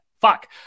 fuck